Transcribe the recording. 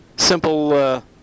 Simple